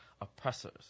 oppressors